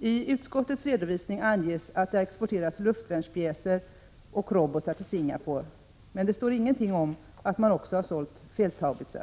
I utskottets redovisning anges att det har exporterats luftvärnspjäser och robotar till Singapore, men det står ingenting om att man också har sålt fälthaubitser.